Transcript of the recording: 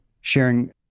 sharing